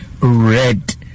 red